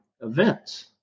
events